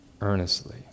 earnestly